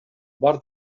бар